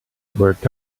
worked